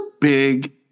big